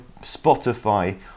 Spotify